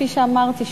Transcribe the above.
כפי שאמרתי,